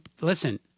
listen